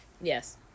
yes